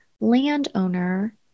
landowner